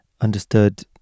understood